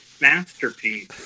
masterpiece